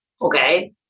Okay